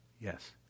Yes